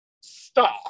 Stop